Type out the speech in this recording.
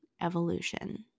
evolution